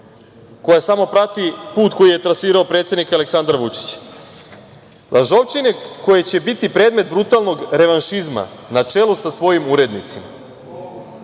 koja samo prati put koji je trasirao predsednik Aleksandar Vučić: "Lažovčine koje će biti predmet brutalnog revanšizma, na čelu sa svojim urednicima,